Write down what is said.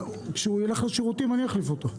כשהוא ילך לשירותים, אני אחליף אותו.